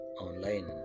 online